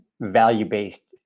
value-based